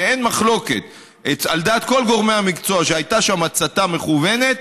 שאין מחלוקת על דעת כל גורמי המקצוע שהיו שם הצתות מכוונות,